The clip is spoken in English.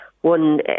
One